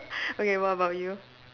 okay what about you